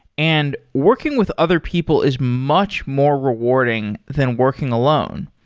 and working with other people is much more rewarding than working alone.